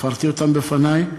תפרטי אותם בפני.